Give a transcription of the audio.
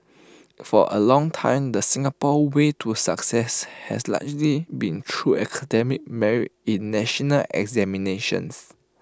for A long time the Singapore way to success has largely been through academic merit in national examinations